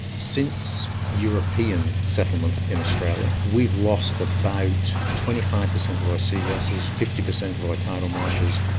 since european settlement in australia, we've lost about twenty five percent of our sea grasses, fifty percent of our tidal marshes,